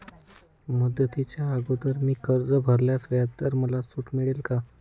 मुदतीच्या अगोदर मी कर्ज भरल्यास व्याजदरात मला सूट मिळेल का?